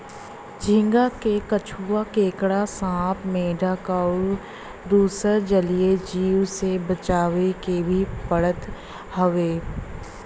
झींगा के कछुआ, केकड़ा, सांप, मेंढक अउरी दुसर जलीय जीव से बचावे के भी पड़त हवे